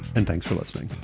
and thanks for listening